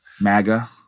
MAGA